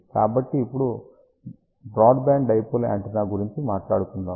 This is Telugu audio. కాబట్టి ఇప్పుడు బ్రాడ్బ్యాండ్ డైపోల్ యాంటెన్నా గురించి మాట్లాడుకుందాం